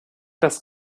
das